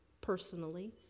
personally